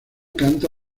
canta